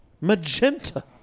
magenta